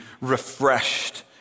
refreshed